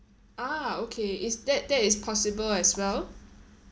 ah okay is that that is possible as well